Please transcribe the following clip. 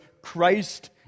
Christ